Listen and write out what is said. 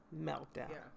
meltdown